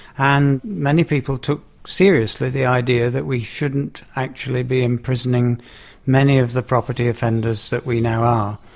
and many people took seriously the idea that we shouldn't actually be imprisoning many of the property offenders that we now are.